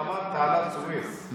לא תעלת סואץ.